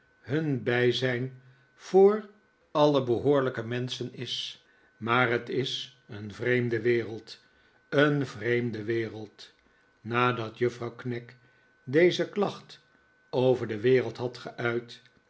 hun bijzijn voor alle behoorlijke menschen is maar het is een vreemde wereld een vreemde wereld nadat juffrouw knag deze klacht over de wereld had geuit